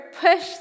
push